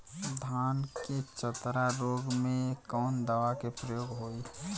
धान के चतरा रोग में कवन दवा के प्रयोग होई?